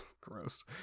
Gross